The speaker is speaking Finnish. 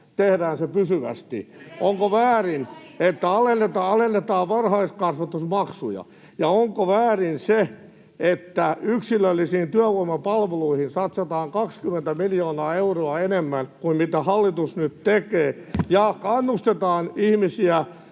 vasemmalta] Onko väärin, että alennetaan varhaiskasvatusmaksuja? Ja onko väärin se, että yksilöllisiin työvoimapalveluihin satsataan 20 miljoonaa euroa enemmän kuin mitä hallitus nyt tekee ja kannustetaan ihmisiä